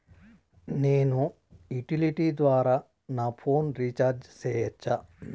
నేను యుటిలిటీ ద్వారా నా ఫోను రీచార్జి సేయొచ్చా?